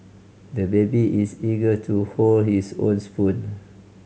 the baby is eager to hold his own spoon